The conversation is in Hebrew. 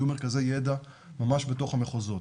יהיו מרכזי ידע ממש בתוך המחוזות.